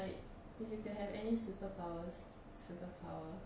like if you can have any superpowers certain power